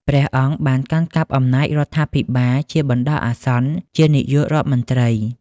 ព្រះអង្គបានកាន់កាប់អំណាចរដ្ឋាភិបាលជាបណ្ដោះអាសន្នជានាយករដ្ឋមន្ត្រី។